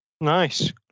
Nice